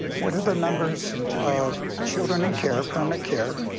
what are the numbers of children in care, permanent care,